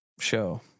show